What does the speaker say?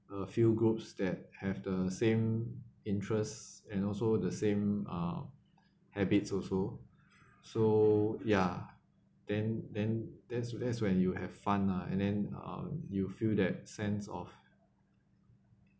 a few groups that have the same interest and also the same uh habits also so ya then then that's that's when you have fun lah and then uh you feel that sense of